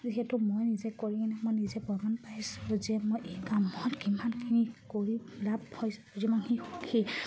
যিহেতু মই নিজে কৰি কেনে মই নিজে প্ৰমাণ পাইছোঁ যে মই এই কামখন কিমানখিনি কৰি লাভ হৈছিলোঁ যিমান সি সুখী